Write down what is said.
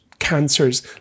Cancers